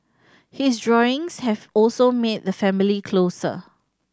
his drawings have also made the family closer